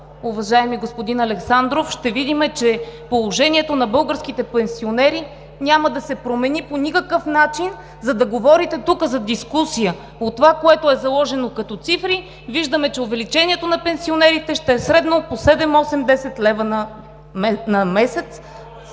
уважаеми господин Александров, ще видим, че положението на българските пенсионери няма да се промени по никакъв начин, за да говорите тук за дискусия. От това, което е заложено като цифри, виждаме, че увеличението на пенсионерите ще е средно по 7-8-10 лв. на месец